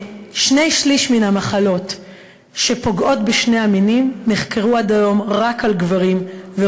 שני-שלישים מהמחלות שפוגעות בשני המינים נחקרו עד היום רק על גברים,